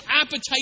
appetite